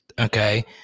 Okay